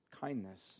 Kindness